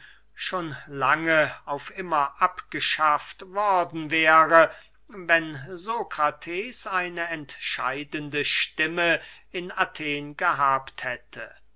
schon lange auf immer abgeschafft worden wäre wenn sokrates eine entscheidende stimme in athen gehabt hätte